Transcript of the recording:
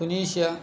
Tunisia